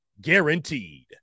guaranteed